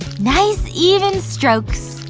nice, even strokes